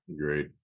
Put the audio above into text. Great